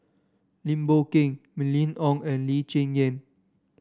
Lim Boon Keng Mylene Ong and Lee Cheng Yan